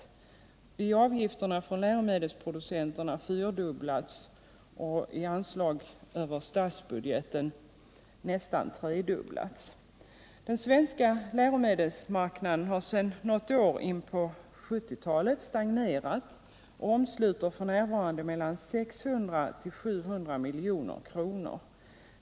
Avgifterna för läromedelsproducenterna har fyrdubblats och anslag över statsbudgeten har nästan tredubblats. Den svenska läromedelsmarknaden har sedan något år in på 1970-talet stagnerat och omsluter f. n. mellan 600 och 700 milj.kr.